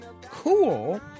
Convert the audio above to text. cool